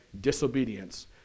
disobedience